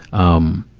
um,